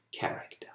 character